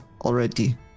already